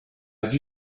vue